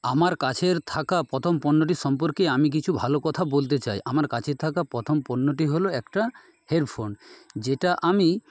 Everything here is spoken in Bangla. আমার কাছে থাকা প্রথম পণ্যটির সম্পর্কে আমি কিছু ভালো কথা বলতে চাই আমার কাছে থাকা প্রথম পণ্যটি হলো একটা হেডফোন যেটা আমি